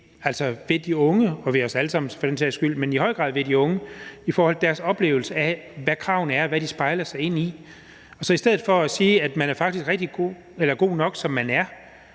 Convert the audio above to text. gør ved de unge – og ved os alle sammen for den sags skyld, men i høj grad ved de unge – i forhold til deres oplevelse af, hvad kravene er, og hvad de spejler sig i. Så i stedet for at sige, at man er god nok, som man er,